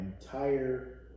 entire